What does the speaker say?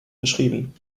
beschrieben